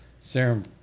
serum